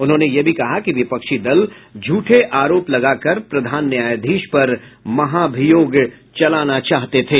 उन्होंने यह भी कहा कि विपक्षी दल झूठे आरोप लगाकर प्रधान न्यायाधीश पर महाभियोग चलाना चाहते थे